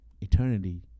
eternity